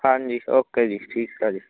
ਹਾਂਜੀ ਓਕੇ ਜੀ ਠੀਕ ਆ ਜੀ